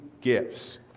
gifts